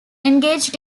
engaged